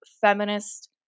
feminist